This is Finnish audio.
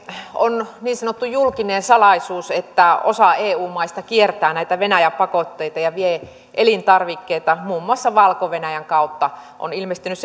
on niin sanottu julkinen salaisuus että osa eu maista kiertää näitä venäjä pakotteita ja vie elintarvikkeita muun muassa valko venäjän kautta on ilmestynyt